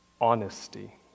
honesty